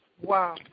Wow